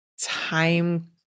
time